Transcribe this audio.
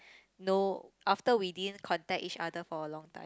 know after we didn't contact each other for a long time